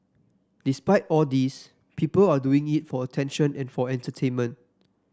despite all these people are doing it for attention and for entertainment